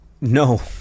no